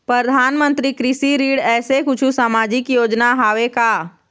परधानमंतरी कृषि ऋण ऐसे कुछू सामाजिक योजना हावे का?